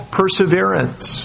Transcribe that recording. perseverance